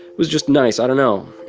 was just nice. i don't know.